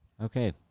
Okay